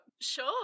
Sure